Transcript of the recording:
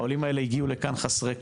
העולים האלה הגיעו לכאן חסרי כל.